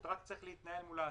רק צריך להתנהל מול העסקים,